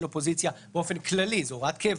אופוזיציה באופן כללי זה הוראת קבע